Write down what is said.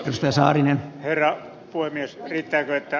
risto saarinen ero voi riittää työtä